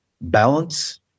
Balance